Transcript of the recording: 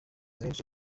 aherutse